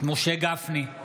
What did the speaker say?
משה גפני,